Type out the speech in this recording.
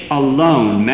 alone